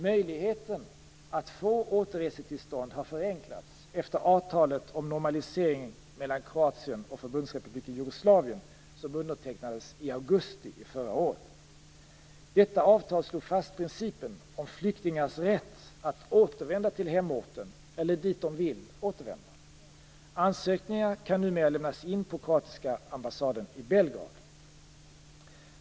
Möjligheten att få återresetillstånd har förenklats efter avtalet om normalisering mellan Kroatien och Förbundsrepubliken Jugoslavien, som undertecknades i augusti förra året. Detta avtal slog fast principen om flyktingars rätt att återvända till hemorten eller dit de vill återvända. Ansökningarna kan numera lämnas in på kroatiska ambassaden i Belgrad.